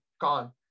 Gone